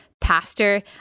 pastor